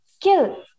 kill